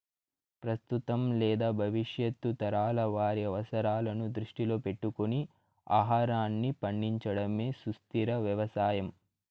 ప్రస్తుతం లేదా భవిష్యత్తు తరాల వారి అవసరాలను దృష్టిలో పెట్టుకొని ఆహారాన్ని పండించడమే సుస్థిర వ్యవసాయం